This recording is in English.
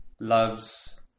loves